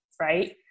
right